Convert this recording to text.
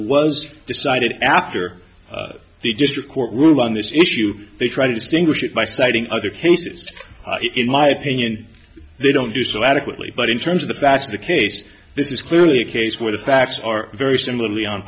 was decided after the district court ruled on this issue they try to distinguish it by citing other cases in my opinion they don't do so adequately but in terms of the that's the case this is clearly a case where the facts are very similarly